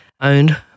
owned